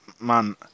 man